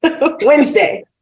Wednesday